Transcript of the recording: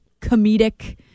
comedic